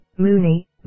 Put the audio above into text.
Mooney